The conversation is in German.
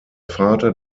vater